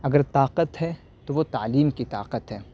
اگر طاقت ہے تو وہ تعلیم کی طاقت ہے